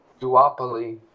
duopoly